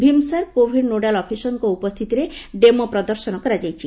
Bhimsar covid nodal ଅଫିସରଙ୍ଙ ଉପସ୍ଥିତିରେ demo ପ୍ରଦର୍ଶନ କରାଯାଇଛି